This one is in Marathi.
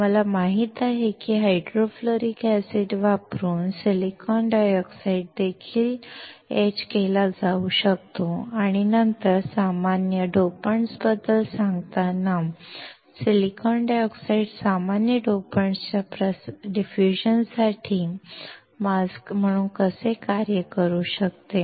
आम्हाला माहित आहे की हायड्रोफ्लोरिक ऍसिड वापरून सिलिकॉन डायऑक्साइड खोदला जाऊ शकतो आणि नंतर सामान्य डोपेंट्सबद्दल सांगताना सिलिकॉन डायऑक्साइड सामान्य डोपेंट्सच्या प्रसारासाठी मास्क म्हणून कसे कार्य करू शकते